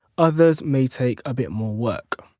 others may take a bit more work.